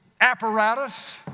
apparatus